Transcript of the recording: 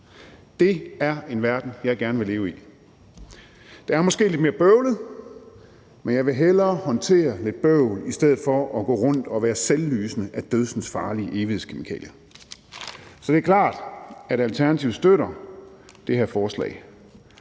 det er en verden, jeg gerne vil leve i. Det er måske lidt mere bøvlet, men jeg vil hellere håndtere lidt bøvl end at gå rundt og være selvlysende af dødsensfarlige evighedskemikalier. Så det er klart, at Alternativet støtter det her forslag